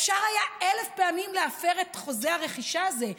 אפשר היה אלף פעמים להפר את חוזה הרכישה הזה,